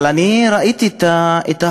אבל אני ראיתי את ההורים,